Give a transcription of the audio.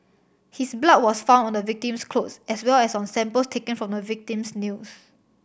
his blood was found on the victim's clothes as well as on samples taken from the victim's nails